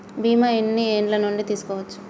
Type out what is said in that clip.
బీమా ఎన్ని ఏండ్ల నుండి తీసుకోవచ్చు?